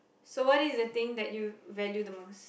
so what is the thing that you value the most